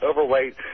overweight